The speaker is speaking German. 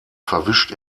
verwischt